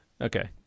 Okay